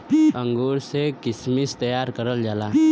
अंगूर से किशमिश तइयार करल जाला